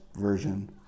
version